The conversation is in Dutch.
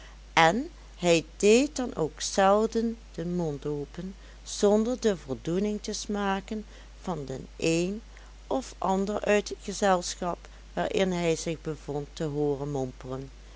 en hij deed dan ook zelden den mond open zonder de voldoening te smaken van den een of ander uit het gezelschap waarin hij zich bevond te hooren mompelen